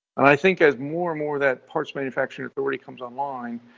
i think as more and more that parts manufacturing authority comes online,